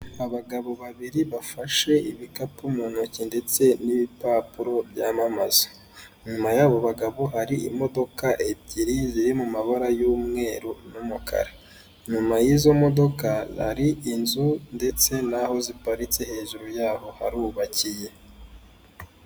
Abagabo babiri bafashe ibikapu mu ntoki ndetse n'ibipapuro byamamaza, inyuma y'abo bagabo hari imodoka ebyiri ziri mu mabara y'umweru n'amakara, inyuma y'izo modoka hari inzu ndetse naho ziparitse hejuru yaho harubakiye.